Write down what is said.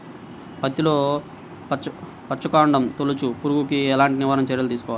పత్తిలో వచ్చుకాండం తొలుచు పురుగుకి ఎలాంటి నివారణ చర్యలు తీసుకోవాలి?